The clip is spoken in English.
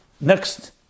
Next